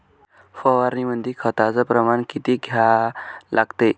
फवारनीमंदी खताचं प्रमान किती घ्या लागते?